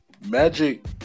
Magic